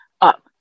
up